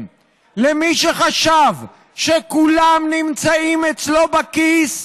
למי שחשב שכולם נמצאים אצלו בכיס,